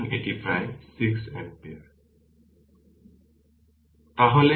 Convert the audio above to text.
সুতরাং এটি প্রায় 6 ampere